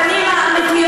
חבר הכנסת